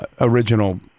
original